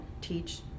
teach